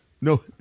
No